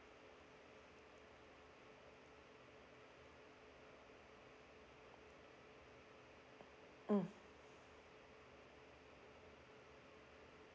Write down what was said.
mm